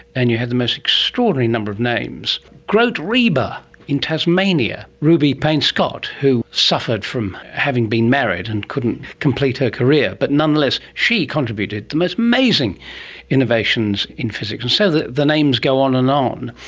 and you had the most extraordinary number of names. grote reber in tasmania, ruby payne-scott who suffered from having been married and couldn't complete her career, but nonetheless she contributed the most amazing innovations in physics, and so the the names go on and on.